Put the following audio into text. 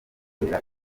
kubera